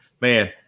man